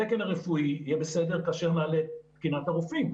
התקן הרפואי יהיה בסדר כאשר נעלה את תקינת הרופאים,